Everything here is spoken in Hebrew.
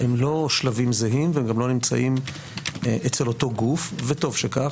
הם לא שלבים זהים והם גם לא נמצאים אצל אותו גוף וטוב שכך,